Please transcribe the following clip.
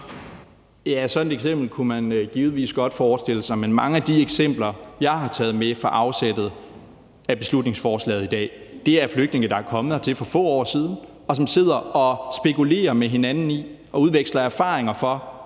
Ja, sådan et eksempel kunne man givetvis godt forestille sig, men mange af de eksempler, jeg har taget med fra afsættet for beslutningsforslaget i dag, er om flygtninge, der er kommet hertil for få år siden, og som sidder og spekulerer med hinanden i og udveksler erfaringer om,